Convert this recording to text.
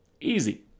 Easy